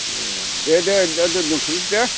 ए दे दे दोनथ'नोसै दे